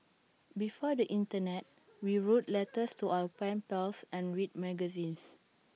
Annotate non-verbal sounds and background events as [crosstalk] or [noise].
before the Internet [noise] we wrote letters to our pen pals and read magazines